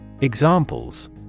Examples